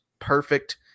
perfect